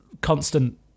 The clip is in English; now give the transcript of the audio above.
constant